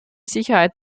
sicherheit